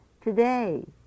today